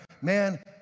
man